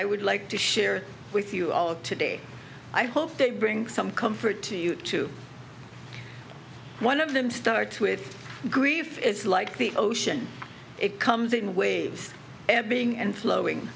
i would like to share with you all today i hope they bring some comfort to you to one of them starts with grief it's like the ocean it comes in waves and being and flowing